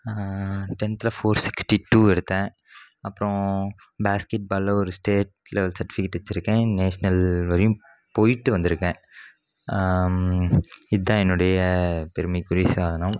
டென்த்தில் four sixty two எடுத்தேன் அப்புறோம் பேஸ்கெட்பாலில் ஒரு ஸ்டேட் லெவல் சர்ட்டிஃபிகேட் வைச்சிருக்கேன் நேஷனல் வரையும் போய்ட்டு வந்திருக்கேன் இதுதான் என்னுடைய பெருமைக்குரிய சாதனம்